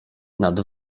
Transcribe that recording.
nad